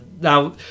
Now